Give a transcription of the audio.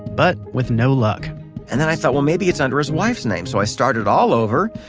but with no luck and i thought, well, maybe it's under his wife's name. so i started all over.